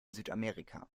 südamerika